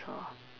so